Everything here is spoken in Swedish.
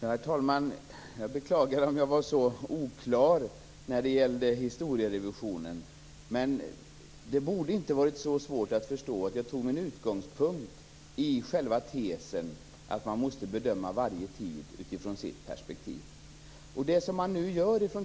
Herr talman! Jag beklagar om jag var oklar i fråga om historierevisionen. Det borde inte vara så svårt att förstå att jag tog min utgångspunkt i tesen att man måste bedöma varje tid utifrån sitt perspektiv.